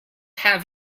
have